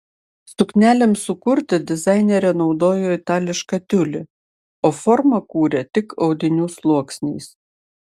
suknelėms sukurti dizainerė naudojo itališką tiulį o formą kūrė tik audinių sluoksniais